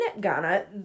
Ghana